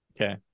Okay